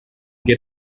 get